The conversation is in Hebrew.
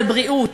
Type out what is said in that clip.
לבריאות?